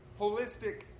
holistic